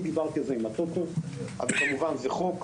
דיברתי על זה עם הטוטו אבל כמובן זה חוק,